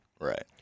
Right